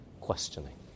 questioning